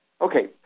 Okay